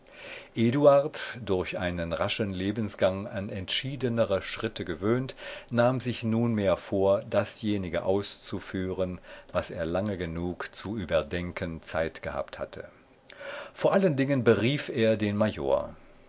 eduard durch einen raschen lebensgang an entschiedenere schritte gewöhnt nahm sich nunmehr vor dasjenige auszuführen was er lange genug zu überdenken zeit gehabt hatte vor allen dingen berief er den